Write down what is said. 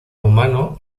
humano